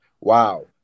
wow